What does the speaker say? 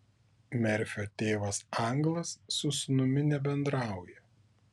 merfio tėvas anglas su sūnumi nebendrauja